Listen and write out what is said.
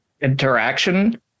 interaction